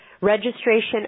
Registration